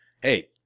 Hey